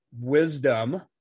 wisdom